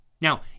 Now